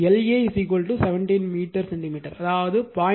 L A 17 metre centimetre அதாவது 0